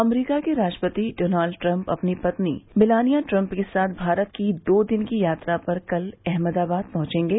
अमरीका के राष्ट्रपति Donald Trump अपनी पत्नी मिलानिया ट्रंप के साथ भारत की दो दिन की यात्रा पर कल अहमदाबाद पहुंचेंगे